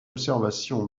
observation